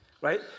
right